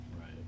Right